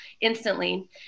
instantly